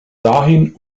dahin